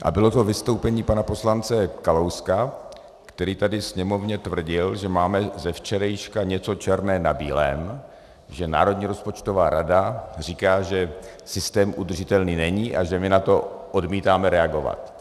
A bylo to vystoupení pana poslance Kalouska, který tady Sněmovně tvrdil, že máme ze včerejška něco černé na bílém, že Národní rozpočtová rada říká, že systém udržitelný není, a že my na to odmítáme reagovat.